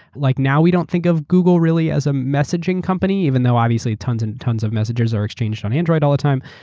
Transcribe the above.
like now, we donaeurt think of google really as a messaging company even though obviously, tons and tons of messages are exchanged on the android all the time.